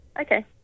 Okay